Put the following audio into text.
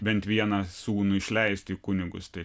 bent vieną sūnų išleisti į kunigus tai